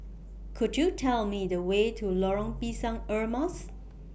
Could YOU Tell Me The Way to Lorong Pisang Emas